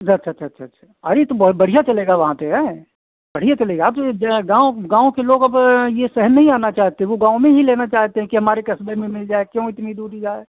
अच्छा अच्छा अच्छा अच्छा अरे यह तो बहुत बढ़िया चलेगा वहाँ पर अएँ बढ़िया चलेगा अब तो यह जो है गाँव गाँव के लोग अब यह शहर नहीं आना चाहते वे गाँव में ही लेना चाहते हैं कि हमारे कस्बे में मिल जाए क्यों इतनी दूरी जाए